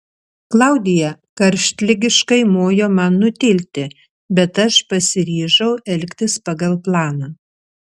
klaudija karštligiškai mojo man nutilti bet aš pasiryžau elgtis pagal planą